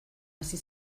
hasi